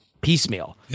piecemeal